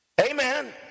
Amen